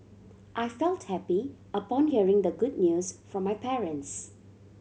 I felt happy upon hearing the good news from my parents